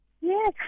yes